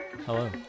Hello